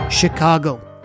Chicago